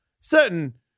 certain